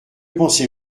pensez